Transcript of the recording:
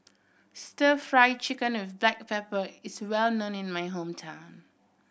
Stir Fry Chicken with black pepper is well known in my hometown